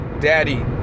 Daddy